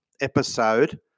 episode